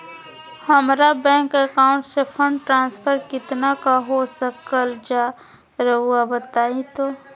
हमरा bank account से fund transfer कितना का हो सकल बा रुआ बताई तो?